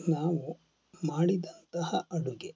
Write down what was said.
ನಾವು ಮಾಡಿದಂತಹ ಅಡುಗೆ